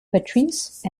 patrice